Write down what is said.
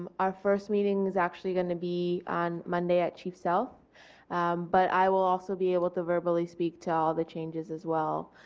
um our first meeting is actually going to be on monday at chief sealth but i will also be able to verbally speak to all the changes as well.